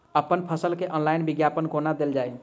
अप्पन फसल केँ ऑनलाइन विज्ञापन कोना देल जाए?